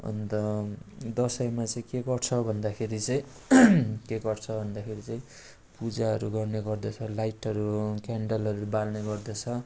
अन्त दसैँमा चाहिँ के गर्छ भन्दाखेरि चाहिँ के गर्छ भन्दाखेरि चाहिँ पूजाहरू गर्ने गर्दछ लाइटहरू क्यान्डलहरू बाल्ने गर्दछ